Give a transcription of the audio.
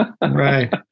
Right